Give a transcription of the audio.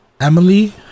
Emily